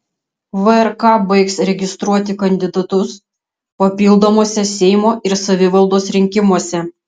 vrk baigs registruoti kandidatus papildomuose seimo ir savivaldos rinkimuose